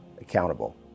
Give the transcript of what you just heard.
accountable